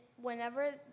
whenever